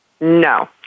No